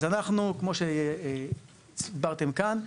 כמו שהסברתם כאן,